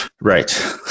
Right